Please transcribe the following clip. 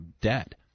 debt